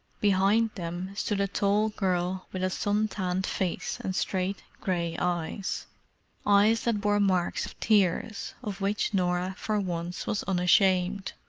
behind them stood a tall girl with a sun-tanned face and straight grey eyes eyes that bore marks of tears, of which norah for once was unashamed.